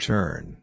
Turn